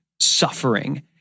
suffering